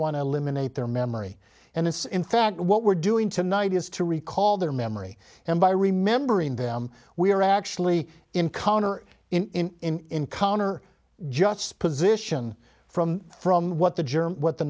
want to eliminate their memory and it's in fact what we're doing tonight is to recall their memory and by remembering them we are actually encounter in encounter just position from from what the german what the